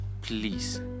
Please